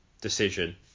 decision